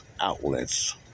outlets